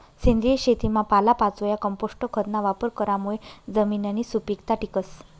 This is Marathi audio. सेंद्रिय शेतीमा पालापाचोया, कंपोस्ट खतना वापर करामुये जमिननी सुपीकता टिकस